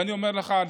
ואני אומר לך,